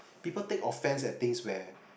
people take offense at things where